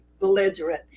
belligerent